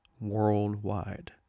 worldwide